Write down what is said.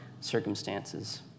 circumstances